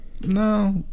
No